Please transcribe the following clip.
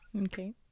Okay